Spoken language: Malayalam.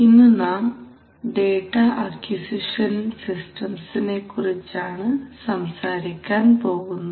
ഇന്നു നാം ഡേറ്റ അക്യുസിഷൻ സിസ്റ്റംസിനെകുറിച്ചാണ് സംസാരിക്കാൻ പോകുന്നത്